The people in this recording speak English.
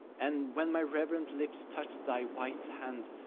and, when my reverent lips touch thy white hand,